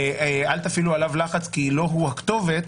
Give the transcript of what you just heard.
אל תפעילו עליו לחץ כי לא הוא הכתובת,